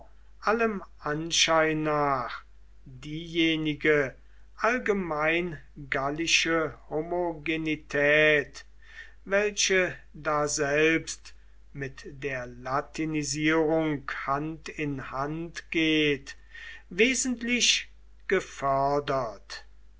allem anschein nach diejenige allgemein gallische homogenität welche daselbst mit der latinisierung hand in hand geht wesentlich gefördert